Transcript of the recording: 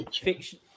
fiction